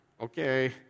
Okay